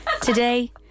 Today